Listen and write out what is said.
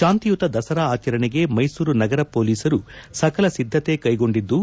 ಶಾಂತಿಯುತ ದಸರಾ ಆಚರಣೆಗೆ ಮೈಸೂರು ನಗರ ಪೊಲೀಸರು ಸಕಲ ಸಿದ್ದತೆ ಕೈಗೊಂಡಿದ್ದು